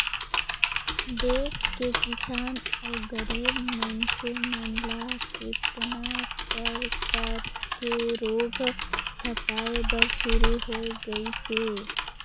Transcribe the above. देस के किसान अउ गरीब मइनसे मन ल केतना परकर के रोग झपाए बर शुरू होय गइसे